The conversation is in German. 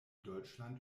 deutschland